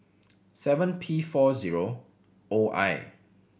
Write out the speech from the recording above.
seven P four zero O I